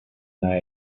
they